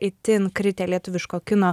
itin kritę lietuviško kino